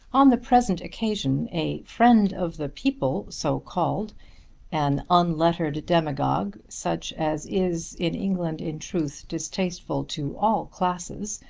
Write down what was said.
on the present occasion a friend of the people so called an unlettered demagogue such as is in england in truth distasteful to all classes,